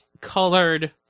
colored